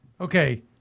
Okay